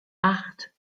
acht